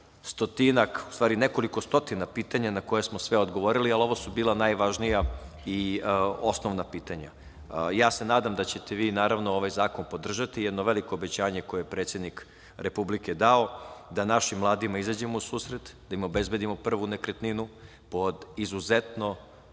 profilu nekoliko stotina pitanja, na koja smo sve odgovorili, ali ovo su bila najvažnija i osnovna pitanja. Nadam se da ćete vi, naravno, ovaj zakon podržati, jedno veliko obećanje koje je predsednik Republike dao, da našim mladima izađemo u susret, da im obezbedimo prvu nekretninu, pod izuzetno